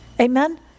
Amen